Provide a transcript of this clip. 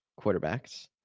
quarterbacks